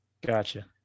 Gotcha